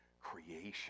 Creation